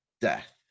death